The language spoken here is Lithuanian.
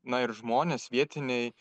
na ir žmonės vietiniai